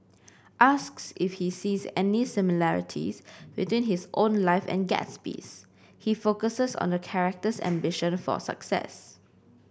asks if he sees any similarities between his own life and Gatsby's he focuses on the character's ambition for success